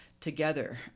together